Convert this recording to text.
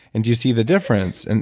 and you see the difference. and